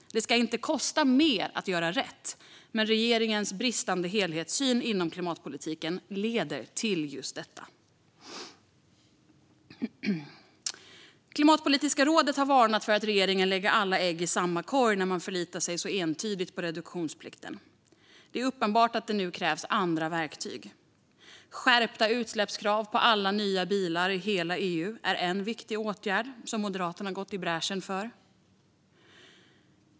Det ska inte kosta mer att göra rätt, men regeringens bristande helhetssyn inom klimatpolitiken leder till just det. Klimatpolitiska rådet har varnat för att regeringen lägger alla ägg i samma korg när den förlitar sig så ensidigt på reduktionsplikten. Det är uppenbart att det nu krävs andra verktyg. Skärpta utsläppskrav för alla nya bilar i hela EU är en viktig åtgärd, som Moderaterna gått i bräschen för.